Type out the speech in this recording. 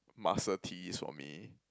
muscle tees for me